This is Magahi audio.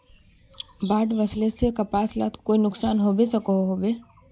बाढ़ वस्ले से कपास लात कोई नुकसान होबे सकोहो होबे?